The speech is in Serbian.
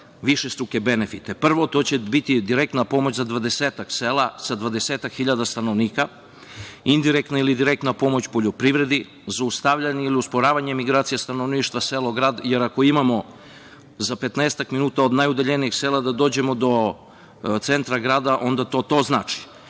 višestruke benefite. Prvo, to će biti direktna pomoć za 20-ak sela sa 20-ak hiljada stanovnika, indirektna ili direktna pomoć poljoprivredi, zaustavljanje ili usporavanje migracije stanovništva selo-grad, jer, ako imamo za 15-ak minuta od najudaljenijeg sela da dođemo do centra grada, onda to znači